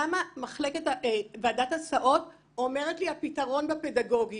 למה ועדת הסעות אומרת לי שהפתרון בפדגוגי